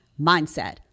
mindset